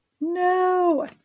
No